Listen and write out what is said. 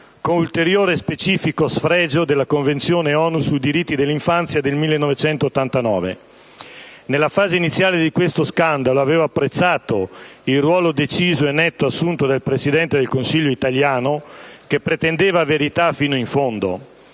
con ulteriore specifico sfregio della Convenzione ONU sui diritti dell'infanzia del 1989. Nella fase iniziale di questo scandalo, avevo apprezzato il ruolo deciso e netto assunto dal Presidente dei Consiglio italiano, che pretendeva verità fino in fondo,